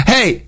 Hey